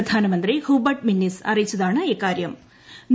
പ്രധാനമന്ത്രി Hubert Minnis അറിയിച്ചതാണിത്